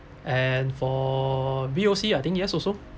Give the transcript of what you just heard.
and for B_O_C I think yes also